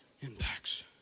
impacts